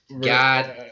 God